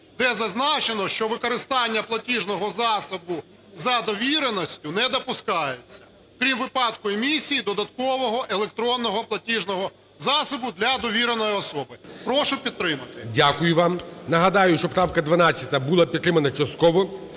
де зазначено, що використання платіжного засобу за довіреністю не допускається, крім випадку емісії додаткового електронного платіжного засобу для довіреної особи. Прошу підтримати. ГОЛОВУЮЧИЙ. Дякую вам. Нагадаю, що правка 12 була підтримана частково.